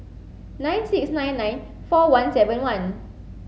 nine six nine nine four one seven one